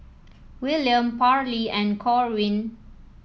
Willaim Parlee and Corwin